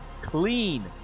clean